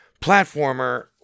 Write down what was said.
platformer